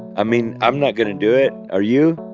i mean, i'm not going to do it. are you?